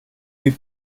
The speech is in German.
wie